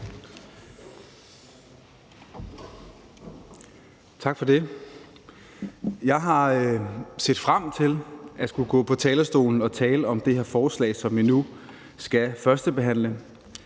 Tak for det. Jeg har set frem til at skulle gå på talerstolen og tale om det her forslag, som vi nu skal førstebehandle.